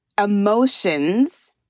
emotions